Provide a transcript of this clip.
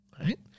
right